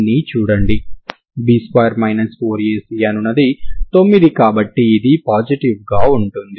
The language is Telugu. B2 4AC అనునది 9 కాబట్టి ఇది పాజిటివ్ గా ఉంటుంది